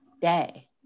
day